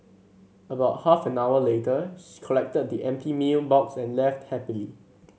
about half an hour later she collected the empty meal box and left happily